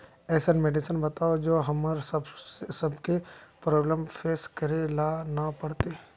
ऐसन मेडिसिन बताओ जो हम्मर सबके प्रॉब्लम फेस करे ला ना पड़ते?